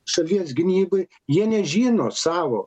šalies gynybai jie nežino savo